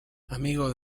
amigo